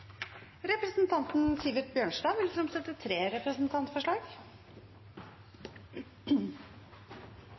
Representanten Sivert Bjørnstad vil fremsette tre representantforslag.